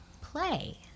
play